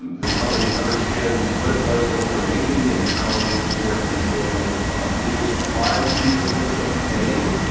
the company understand what it was that we were making and how the export control rules applied to the things that we made.